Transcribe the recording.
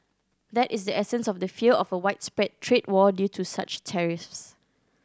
that is the essence of the fear of a widespread trade war due to such tariffs